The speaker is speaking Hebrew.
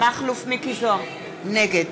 נגד